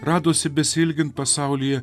radosi besiilgint pasaulyje